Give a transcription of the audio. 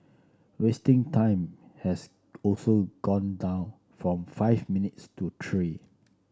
wasting time has also gone down from five minutes to three